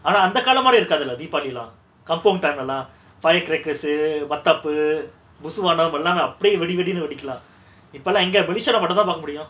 ஆனா அந்த காலம் மாரி இருக்காது:aana antha kaalam mari irukathu lah deepavali lah kampung time lah firecrackers uh mathapu busvanam lah நா அப்டியே வெடி வெடின்னு வெடிக்கலா இப்பலா எங்க:na apdiye vedi vedinu vedikala ippala enga malaysia lah மட்டுதா பாக்க முடியு:mattutha paaka mudiyu